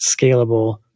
scalable